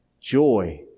joy